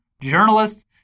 journalists